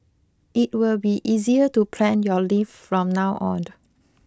it will be easier to plan your leave from now on